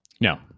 no